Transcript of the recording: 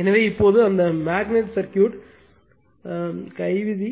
எனவே இப்போது அந்த மேக்னட் சர்க்யூட் கை விதி